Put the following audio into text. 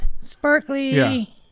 Sparkly